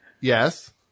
Yes